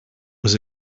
was